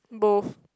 both